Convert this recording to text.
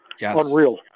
Unreal